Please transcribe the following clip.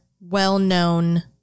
well-known